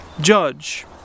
judge